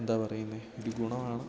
എന്താ പറയുന്നത് ഒരു ഗുണമാണ്